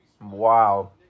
Wow